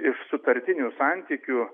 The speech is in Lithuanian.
iš sutartinių santykių